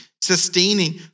sustaining